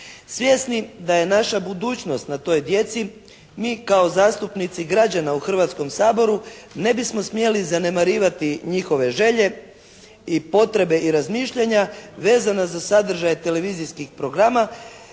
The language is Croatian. Svjesni da je naša budućnost na toj djeci mi kao zastupnici građana u Hrvatskom saboru ne bismo smjeli zanemarivati njihove želje i potrebe i razmišljanja vezana za sadržaj televizijskih programa